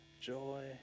joy